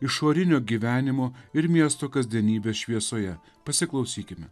išorinio gyvenimo ir miesto kasdienybės šviesoje pasiklausykime